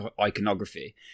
iconography